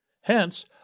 Hence